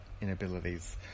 inabilities